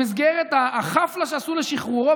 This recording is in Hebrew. במסגרת החפלה שעשו לשחרורו.